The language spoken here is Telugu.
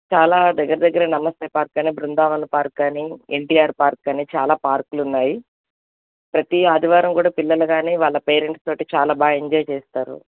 చాలా దగ్గర దగ్గర నమస్తే పార్క్ గానీ బృందావన పార్క్ గానీ ఎన్ టీ ఆర్ పార్క్ అని చాలా పార్క్లు ఉన్నాయి ప్రతీ ఆదివారం కూడా పిల్లలు గానీ వాళ్ళ పేరెంట్స్తోటి చాలా బాగా ఎంజాయ్ చేస్తారు